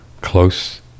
close